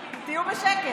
להגביה, תהיו בשקט.